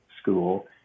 school